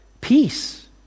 Peace